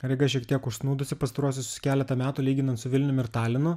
tyga šiek tiek užsnūdusi pastaruosius keletą metų lyginant su vilnium ir talinu